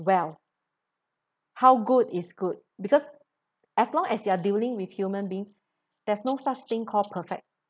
well how good is good because as long as you're dealing with human beings there's no such thing called perfect